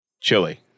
Chili